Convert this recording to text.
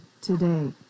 today